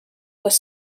was